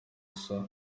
gusa